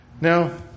Now